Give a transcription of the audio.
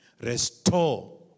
Restore